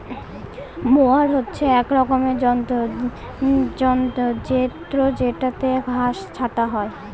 mower হচ্ছে এক রকমের যন্ত্র জেত্রযেটাতে ঘাস ছাটা হয়